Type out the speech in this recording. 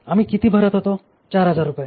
आम्ही किती भरत होतो 4000 रुपये